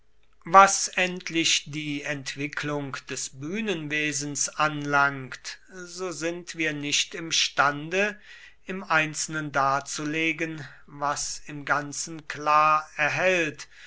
was endlich die entwicklung des bühnenwesens anlangt so sind wir nicht imstande im einzelnen darzulegen was im ganzen klar erhellt